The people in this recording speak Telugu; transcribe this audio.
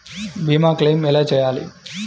భీమ క్లెయిం ఎలా చేయాలి?